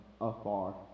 afar